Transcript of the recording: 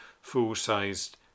full-sized